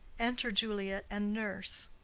enter juliet and nurse.